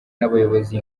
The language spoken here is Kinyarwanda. n’abayobozi